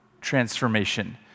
transformation